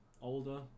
Older